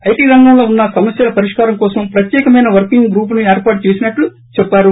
IT రంగంలో ఉన్న సమస్యల పరిష్కారం కోసం ప్రత్యేకమైన వర్కింగ్ గ్రూప్ను ఏర్పాటు చేసినట్లు చెప్పారు